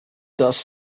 does